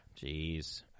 jeez